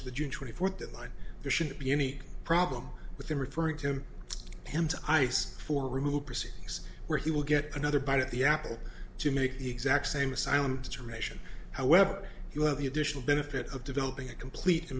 to the june twenty fourth deadline there shouldn't be any problem with him referring to him him to ice for removal proceedings where he will get another bite at the apple to make the exact same asylum determination however you have the additional benefit of developing a clete the